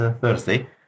Thursday